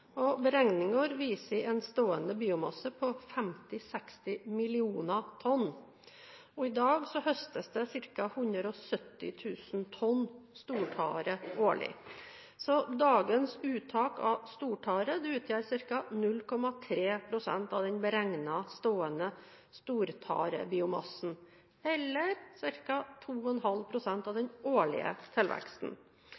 Beregninger viser en stående biomasse på 50–60 mill. tonn. I dag høstes det ca. 170 000 tonn stortare årlig. Dagens uttak av stortare utgjør ca. 0,3 pst. av den beregnede stående stortarebiomassen, eller ca. 2,5 pst. av den